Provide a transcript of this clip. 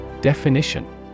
Definition